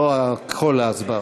לא כל ההצבעה,